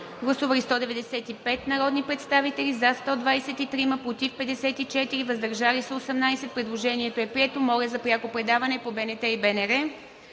Гласували 195 народни представители: за 123, против 54, въздържали се 18. Предложението е прието. Моля за пряко предаване по БНТ 1 и БНР.